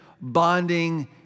bonding